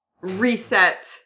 reset